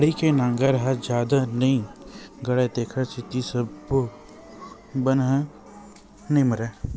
लकड़ी के नांगर ह जादा नइ गड़य तेखर सेती सब्बो बन ह नइ मरय